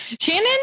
Shannon